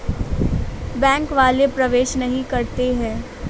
Bank वाले प्रवेश नहीं करते हैं?